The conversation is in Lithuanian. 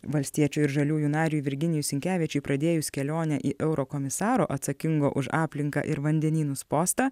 valstiečių ir žaliųjų nariui virginijui sinkevičiui pradėjus kelionę į eurokomisaro atsakingo už aplinką ir vandenynus postą